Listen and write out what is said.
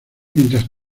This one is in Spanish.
mientras